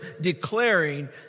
declaring